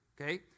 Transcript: okay